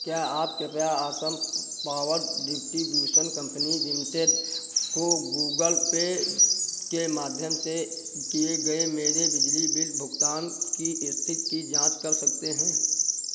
क्या आप कृपया Assam power distribution company limited को गूगल पे के माध्यम से किए गए मेरे बिजली बिल भुगतान की इस्थिति की जाँच कर सकते हैं